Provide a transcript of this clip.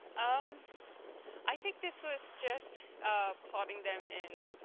um i think this was just plotting them in